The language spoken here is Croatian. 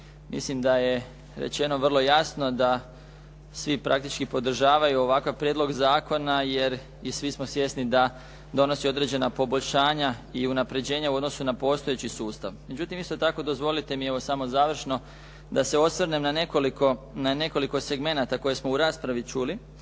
Mislim da je rečeno vrlo jasno da svi praktički podržavaju ovakav prijedlog zakona jer i svi smo svjesni da donosi određena poboljšanja i unapređenja u odnosu na postojeći sustav. Međutim isto tako, dozvolite mi evo samo završno da se osvrnem na nekoliko segmenata koje smo u raspravi čuli.